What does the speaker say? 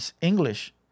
English